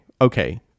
okay